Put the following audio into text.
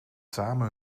samen